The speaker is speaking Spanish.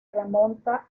remonta